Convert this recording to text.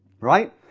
right